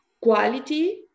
quality